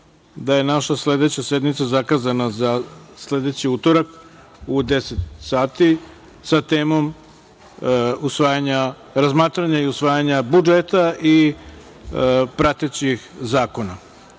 da je naša sledeća sednica zakazana za sledeći utorak u 10.00 sati sa temom razmatranja i usvajanja budžeta i pratećih